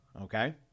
Okay